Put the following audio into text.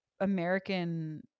American